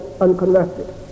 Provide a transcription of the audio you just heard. unconverted